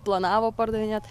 planavo pardavinėt